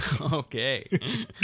Okay